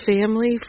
Family